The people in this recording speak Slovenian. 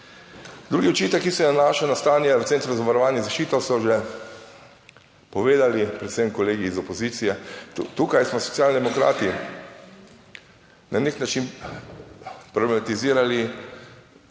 Drugi očitek, ki se nanaša na stanje v Centru za varovanje in zaščito so že povedali, predvsem kolegi iz opozicije, tukaj smo Socialni demokrati na nek način problematizirali